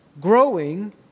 growing